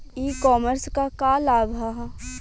ई कॉमर्स क का लाभ ह?